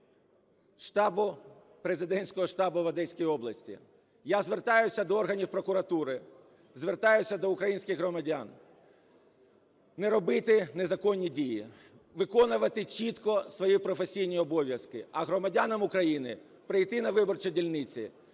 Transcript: президентського штабу в Одеській області. Я звертаюся до органів прокуратури, звертаюся до українських громадян не робити незаконні дії, виконувати чітко свої професійні обов'язки. А громадянам України прийти на виборчі дільниці,